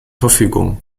verfügung